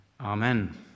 amen